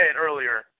earlier